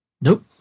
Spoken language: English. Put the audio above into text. Nope